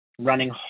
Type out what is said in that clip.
running